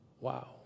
wow